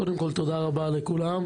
קודם כל, תודה רבה לכולם.